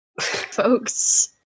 folks